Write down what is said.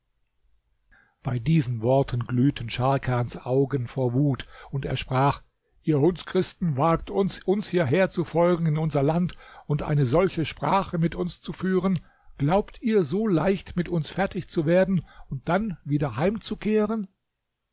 bei diesen worten glühten scharkans augen vor wut und er sprach ihr hundschristen wagt es uns hierher zu folgen in unser land und eine solche sprache mit uns zu führen glaubt ihr so leicht mit uns fertig zu werden und dann wieder heimzukehren